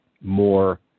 more